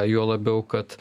juo labiau kad